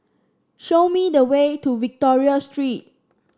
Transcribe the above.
show me the way to Victoria Street